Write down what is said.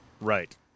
Right